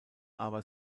aber